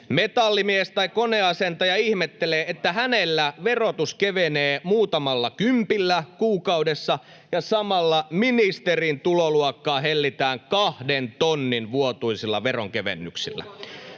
Metallimies tai koneasentaja ihmettelee, että hänellä verotus kevenee muutamalla kympillä kuukaudessa ja samalla ministerin tuloluokkaa hellitään kahdentonnin vuotuisilla veronkevennyksillä.